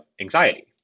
anxiety